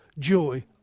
Joy